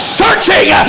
searching